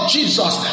Jesus